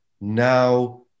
now